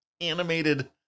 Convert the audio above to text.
animated